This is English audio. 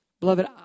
Beloved